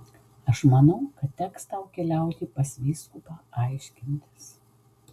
aš manau kad teks tau keliauti pas vyskupą aiškintis